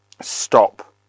stop